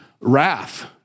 wrath